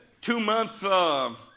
two-month